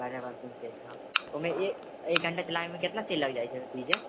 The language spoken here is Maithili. ओहिमे एक घंटा चलाबय मे कितना तेल लागि जाइ छै डीज़ल